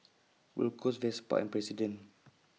Gold Roast Vespa and President